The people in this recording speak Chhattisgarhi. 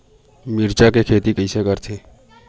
मिरचा के खेती कइसे करथे?